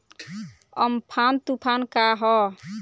Amphan तुफान का ह?